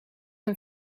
een